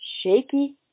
shaky